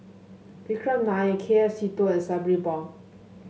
Vikram Nair K F Seetoh and Sabri Buang